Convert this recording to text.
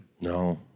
No